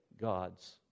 gods